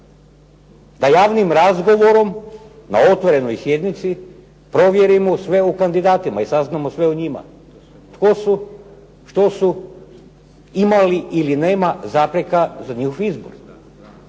Da javnim razgovorom na otvorenoj sjednici provjerimo sve o kandidatima i saznamo sve o njima, tko su, što su, ima li ili nema zapreka za njihov izbor?